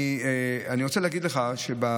אני רוצה להגיד לך שהיום,